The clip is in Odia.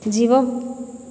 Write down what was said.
ଯିବ